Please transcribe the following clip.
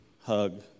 hug